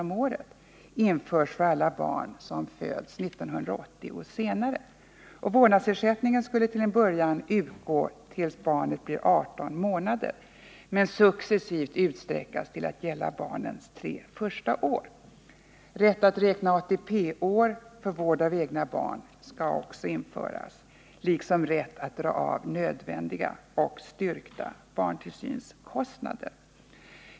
om året, införs för alla barn som föds 1980 och senare. Vårdnadsersättningen skulle till en början utgå till dess att barnet blir 18 månader men successivt utsträckas till att gälla barnets tre första år. Vidare kräver vi att man skall ha rätt att räkna ATP-år för vård av egna barn och att man skall ha rätt att dra av nödvändiga och styrkta barntillsynskostnader.